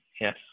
yes